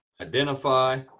identify